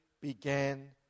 began